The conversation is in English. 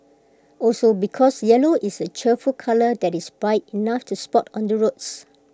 also because yellow is A cheerful colour that is bright enough to spot on the roads